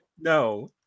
No